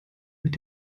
mit